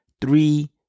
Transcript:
three